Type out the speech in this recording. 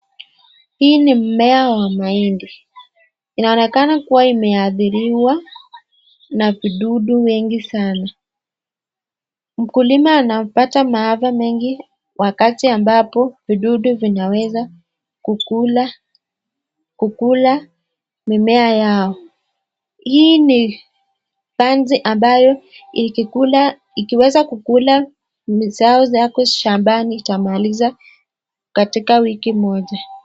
Hii ni mmea wa mahindi, inaonekana kuwa imeathiriwa na vidudu wengi sana. Mkulima anapata maafa mengi wakati ambapo vidudu vinaweza kukula mimea yao. Hii ni panzi ambayo ikiweza kukula mazao zako shambani itamaliza katika wiki moja.